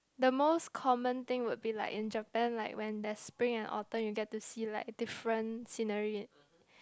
the most common thing would be like in Japan like when there's spring and autumn you get to see like different scenery